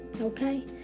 Okay